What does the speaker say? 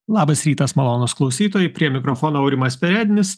labas rytas malonūs klausytojai prie mikrofono aurimas perednis